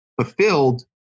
fulfilled